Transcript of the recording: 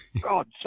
God